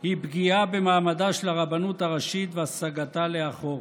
הוא פגיעה במעמדה של הרבנות הראשית והסגתה לאחור.